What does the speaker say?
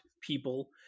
people